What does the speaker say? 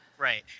right